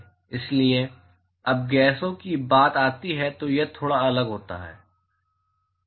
इसलिए जब गैसों की बात आती है तो यह थोड़ा अलग होता है